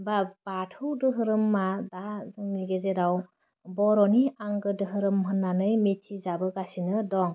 बा बाथौ दोहोरोमा बा जोंनि गेजेराव बर'नि आगो दोहोरोम होननानै मिथिजाबोगासिनो दं